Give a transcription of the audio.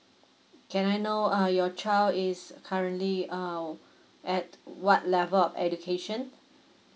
can I know uh your child is currently uh at what level of education